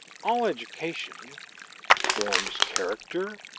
all education forms character,